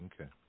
Okay